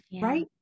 right